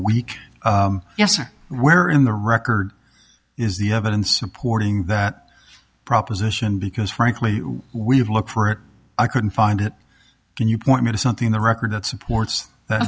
week yes or where in the record is the evidence supporting that proposition because frankly we have looked for it i couldn't find it can you point me to something the record that supports th